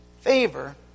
favor